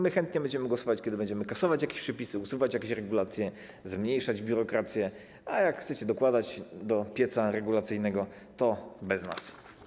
My chętnie będziemy głosować, kiedy będziemy kasować jakieś przepisy, usuwać jakieś regulacje, zmniejszać biurokrację, a jak chcecie dokładać do pieca regulacyjnego, to bez nas.